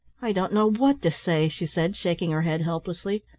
i don't know what to say, she said, shaking her head helplessly.